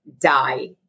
DIE